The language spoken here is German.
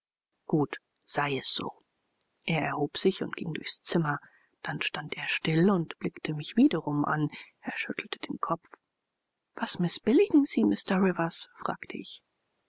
gut sei es so er erhob sich und ging durchs zimmer dann stand er still und blickte mich wiederum an er schüttelte den kopf was mißbilligen sie mr rivers fragte ich